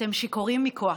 אתם שיכורים מכוח.